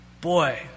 boy